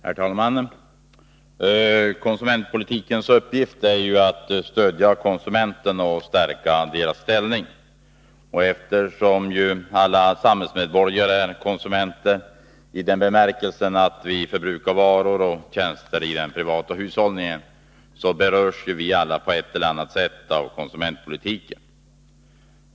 Herr talman! Konsumentpolitikens uppgift är ju att stödja konsumenterna och stärka deras ställning. Eftersom alla samhällsmedborgare är konsumenter i den bemärkelsen att vi förbrukar varor och tjänster i den privata hushållningen, berörs vi alla på ett eller annat sätt av konsumentpolitiken.